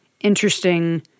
interesting